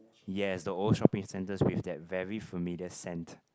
yes the old shopping centres with that very familiar scent